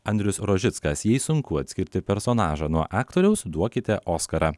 andrius rožickas jei sunku atskirti personažą nuo aktoriaus duokite oskarą